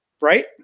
right